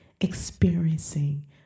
experiencing